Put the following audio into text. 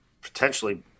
potentially